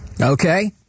Okay